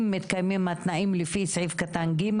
אם מתקיימים התנאים לפי סעיף קטן (ג),